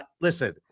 listen